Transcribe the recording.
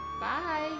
Bye